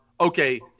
okay